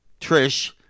Trish